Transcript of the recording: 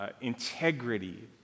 integrity